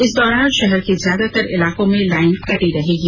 इस दौरान शहर के ज्यादातर इलाकों में लाइन कटी रहेगी